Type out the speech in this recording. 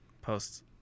posts